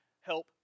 help